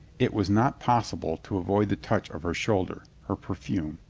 it was not possible to avoid the touch of her shoulder, her perfume.